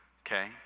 okay